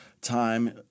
time